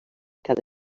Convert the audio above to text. cada